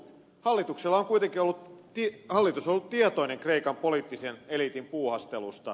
hallitus on kuitenkin ollut tietoinen kreikan poliittisen eliitin puuhastelusta